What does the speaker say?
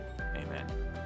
amen